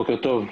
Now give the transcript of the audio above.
בוקר טוב.